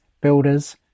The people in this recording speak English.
builders